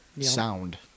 sound